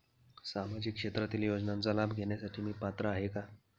सामाजिक क्षेत्रातील योजनांचा लाभ घेण्यास मी पात्र आहे का?